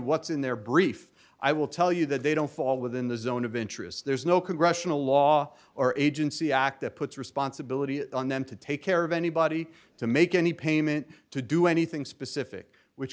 what's in their brief i will tell you that they don't fall within the zone of interest there's no congressional law or agency act that puts responsibility on them to take care of anybody to make any payment to do anything specific which